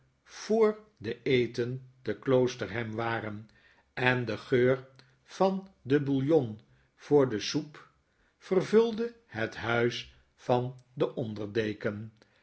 voor den eten te kloosterham waren n de geur van den bouillon voor de soep vervulde het huis van den onder deken